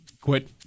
quit